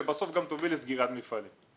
שבסוף גם יובילו לסגירת מפעלים.